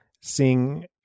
seeing